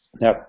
now